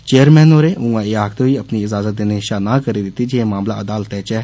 chairman होरें उआं एह आखदे होई अपनी इजाजत देने षा ना करी दित्ती जे एह मामला अदालतै च ऐ